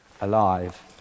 alive